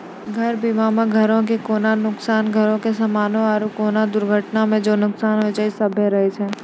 घर बीमा मे घरो के कोनो नुकसान, घरो के समानो आरु कोनो दुर्घटना मे जे नुकसान होय छै इ सभ्भे रहै छै